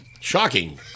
Shocking